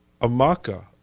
Amaka